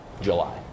July